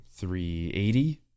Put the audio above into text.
380